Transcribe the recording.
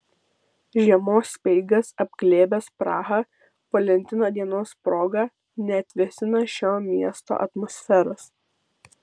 žiemos speigas apglėbęs prahą valentino dienos proga neatvėsina šio miesto atmosferos